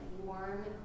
warm